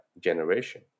generation